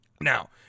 Now